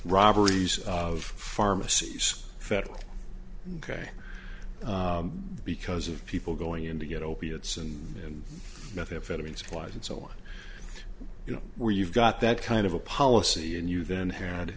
robberies of pharmacies federal crime because of people going in to get opiates and methamphetamine supplies and so on you know where you've got that kind of a policy and you then had